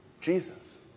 Jesus